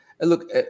Look